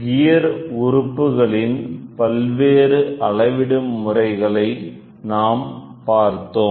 gear உறுப்புகளின் பல்வேறு அளவிடும் முறைகளை நாம் பார்த்தோம்